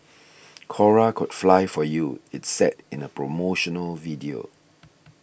Cora could fly for you it said in a promotional video